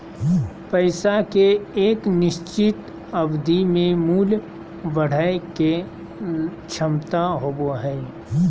पैसा के एक निश्चित अवधि में मूल्य बढ़य के क्षमता होबो हइ